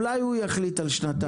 אולי הוא יחליט על שנתיים?